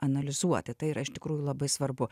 analizuoti tai yra iš tikrųjų labai svarbu